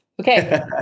Okay